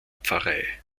pfarrei